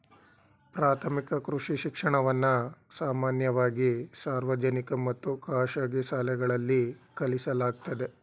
ಪ್ರಾಥಮಿಕ ಕೃಷಿ ಶಿಕ್ಷಣವನ್ನ ಸಾಮಾನ್ಯವಾಗಿ ಸಾರ್ವಜನಿಕ ಮತ್ತು ಖಾಸಗಿ ಶಾಲೆಗಳಲ್ಲಿ ಕಲಿಸಲಾಗ್ತದೆ